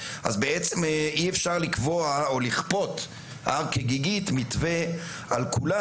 אז בעצם אי אפשר לקבוע או לכפות הר כגיגית מתווה לכולם,